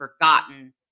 forgotten